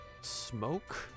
smoke